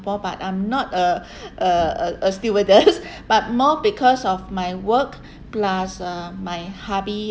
but I'm not a a a a stewardess but more because of my work plus uh my hubby